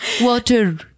water